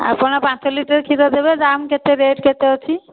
ଆପଣ ପାଞ୍ଚ ଲିଟର କ୍ଷୀର ଦେବେ ଦାମ୍ କେତେ ରେଟ୍ କେତେ ଅଛି